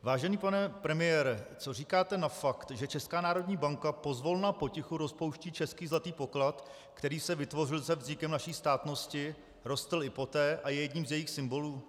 Vážený pane premiére, co říkáte na fakt, že Česká národní banka pozvolna potichu rozpouští český zlatý poklad, který se vytvořil se vznikem naší státnosti, rostl i poté a je jedním z jejích symbolů?